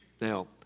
Now